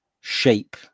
shape